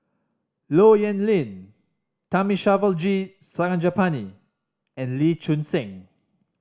Low Yen Ling Thamizhavel G Sarangapani and Lee Choon Seng